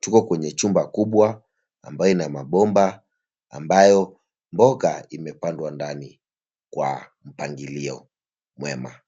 Tuko kwenye chumba kubwa ambayo ina mabomba ambayo mboga imepandwa ndani kwa mpangilio mwema.